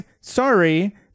sorry